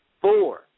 Four